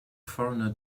foreigner